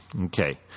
Okay